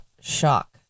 shock